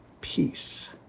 peace